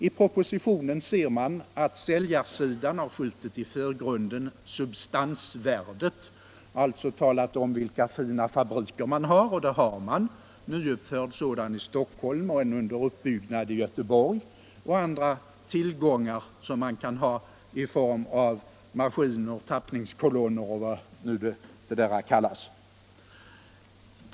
I propositionen ser man att säljarsidan har skjutit i förgrunden substansvärdet och alltså talat om vilka fina fabriker man har, och det har man: en nyuppförd sådan i Stockholm och en under uppbyggnad i Göteborg och andra tillgångar som man kan ha i form av maskiner, tappningskolonner och vad det nu kan kallas.